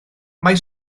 mae